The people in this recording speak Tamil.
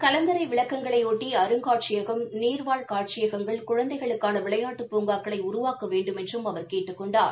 கலங்கரை விளக்கங்களையொட்டி அருங்காட்சியகம் நீர்வாள் காட்சியகங்கள் குழந்தைகளுக்கான விளையாட்டு பூங்காக்களை உருவாக்க வேண்டுமென்றும் அவர் கேட்டுக் கொண்டார்